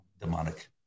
demonic